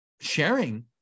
sharing